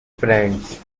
friends